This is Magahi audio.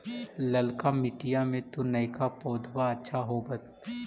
ललका मिटीया मे तो नयका पौधबा अच्छा होबत?